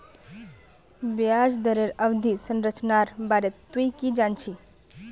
ब्याज दरेर अवधि संरचनार बारे तुइ की जान छि